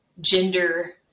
gender